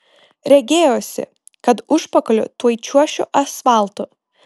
regėjosi kad užpakaliu tuoj čiuošiu asfaltu